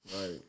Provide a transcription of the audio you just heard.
Right